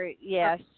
Yes